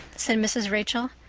said mrs. rachel.